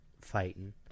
fighting